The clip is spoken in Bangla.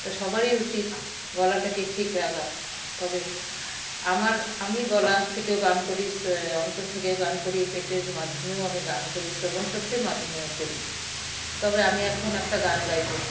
তা সবারই উচিত গলাটাকে ঠিক রাখা তবে আমার আমি গলা থেকেও গান করি অন্তর থেকেও গান করি পেটের মাধ্যমেও আমি গান করি শ্রবণ শক্তির মাধ্যমেও করি তবে আমি এখন একটা গান গাইবো